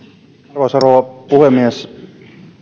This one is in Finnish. arvoisa rouva puhemies